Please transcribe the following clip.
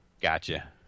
Gotcha